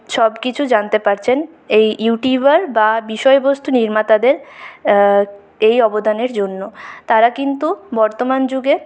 সবকিছু জানতে পারছেন এই ইউটিউবার বা বিষয়বস্তু নির্মাতাদের এই অবদানের জন্য তারা কিন্তু বর্তমান যুগে